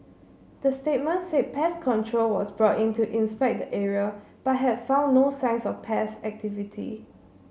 the statement said pest control was brought in to inspect the area but had found no signs of pest activity